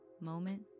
moment